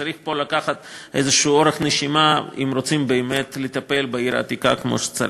צריך לקחת פה נשימה ארוכה אם רוצים באמת לטפל בעיר העתיקה כמו שצריך.